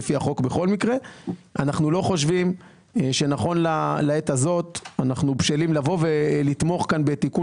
אנחנו לא חושבים שנכון לעת הזאת אנחנו בשלים לבוא ולתמוך כאן בתיקון